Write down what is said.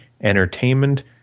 entertainment